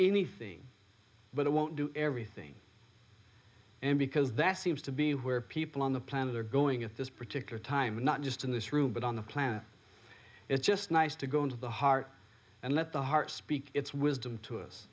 anything but it won't do everything and because that seems to be where people on the planet are going at this particular time not just in this room but on the planet it's just nice to go into the heart and let the heart speak its wisdom to us